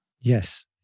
Yes